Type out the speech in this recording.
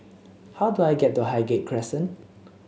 how do I get to Highgate Crescent